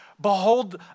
behold